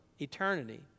eternity